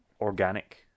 Organic